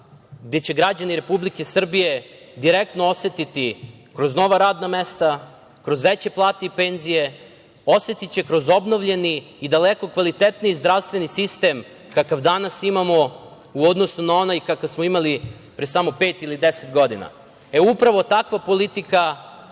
gde će građani Republike Srbije direktno osetiti kroz nova radna mesta, kroz veće plate i penzije, osetiće kroz obnovljeni i daleko kvalitetniji zdravstveni sistem, kakav danas imamo u odnosu na onaj kakav smo imali pre samo pet ili 10 godina. Upravo takva politika